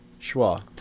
Schwa